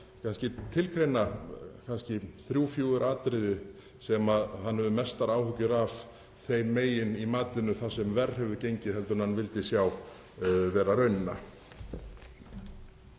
tilgreina þrjú, fjögur atriði sem hann hefur mestar áhyggjur af þeim megin í matinu þar sem verr hefur gengið en hann vildi sjá vera raunina.